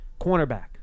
Cornerback